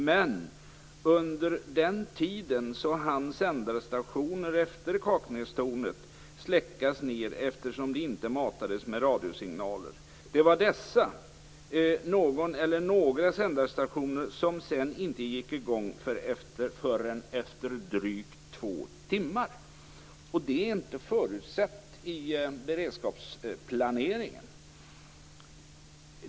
Men under den tiden hann sändarstationer efter Kaknästornet släckas ned, eftersom de inte matades med radiosignaler. Det var dessa, någon eller några, sändarstationer som sedan inte gick i gång förrän efter drygt två timmar, och det var inte förutsett i beredskapsplaneringen.